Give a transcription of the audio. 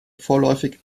vorläufig